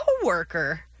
coworker